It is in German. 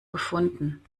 gefunden